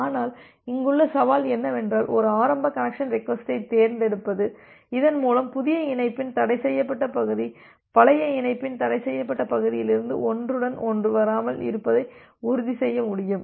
ஆனால் இங்குள்ள சவால் என்னவென்றால் ஒரு ஆரம்ப கனெக்சன் ரெக்வஸ்ட்டைத் தேர்ந்தெடுப்பது இதன் மூலம் புதிய இணைப்பின் தடைசெய்யப்பட்ட பகுதி பழைய இணைப்பின் தடைசெய்யப்பட்ட பகுதியிலிருந்து ஒன்றுடன் ஒன்று வராமல் இருப்பதை உறுதிசெய்ய முடியும்